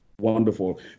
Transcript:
Wonderful